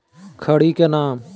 खड़ी के नाम?